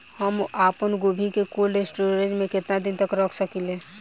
हम आपनगोभि के कोल्ड स्टोरेजऽ में केतना दिन तक रख सकिले?